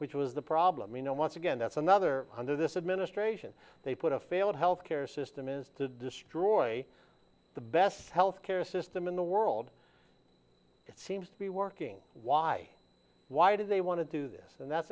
which was the problem you know once again that's another under this administration they put a failed health care system is to destroy the best health care system in the world it seems to be working why why do they want to do this and that's